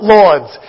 lords